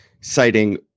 citing